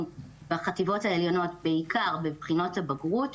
בחטיבות העליונות בעיקר בבחינות הבגרות,